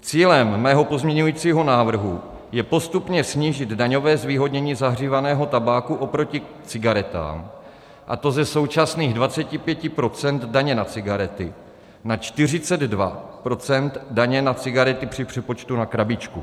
Cílem mého pozměňovacího návrhu je postupně snížit daňové zvýhodnění zahřívaného tabáku oproti cigaretám, a to ze současných 25 % daně na cigarety na 42 % daně na cigarety při přepočtu na krabičku.